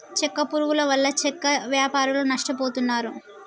చెక్క పురుగుల వల్ల చెక్క వ్యాపారులు నష్టపోతున్నారు